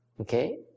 Okay